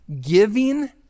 giving